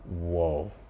Whoa